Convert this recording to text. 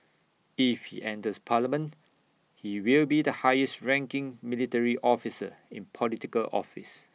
if he enters parliament he will be the highest ranking military officer in Political office